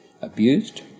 abused